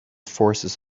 forces